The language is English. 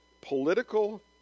political